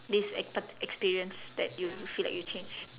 this e~ part~ experience that you feel like you change